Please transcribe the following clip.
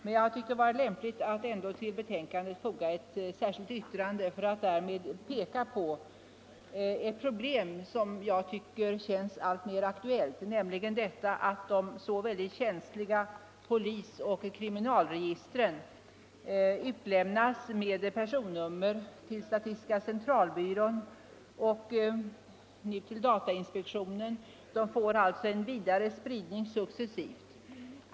Men jag har tyckt det vara lämpligt att ändå till betänkandet foga ett särskilt yttrande för att därmed peka på ett problem, som jag tycker känns alltmer aktuellt, nämligen att de så väldigt känsliga polisoch kriminalregistren utlämnas med personnummer till statistiska centralbyrån och nu även till datainspektionen. Uppgifterna får alltså successivt en vidare spridning.